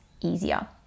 easier